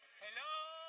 hello!